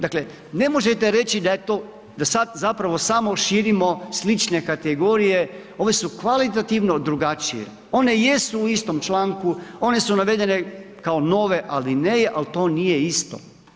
Dakle ne možete reći da je to, da sad zapravo samo širimo slične kategorije, ove su kvalitativno drugačije, one jesu u istom članku, one su navedene kao nove alineje ali to nije isto.